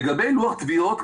לגבי לוח תביעות,